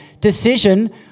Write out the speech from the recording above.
decision